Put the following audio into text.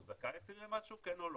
הוא זכאי אצלי למשהו כן או לא,